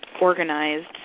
organized